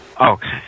Okay